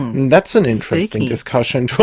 that's an interesting discussion to